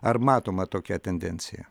ar matoma tokia tendencija